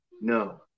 No